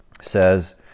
says